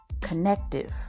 connective